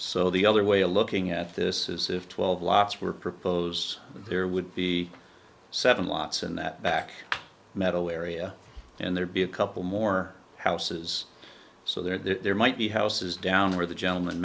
so the other way of looking at this is if twelve lots were proposed there would be seven lots and that back metal area and there'd be a couple more houses so there might be houses down where the gentleman